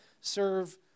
serve